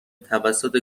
توسط